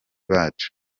bacu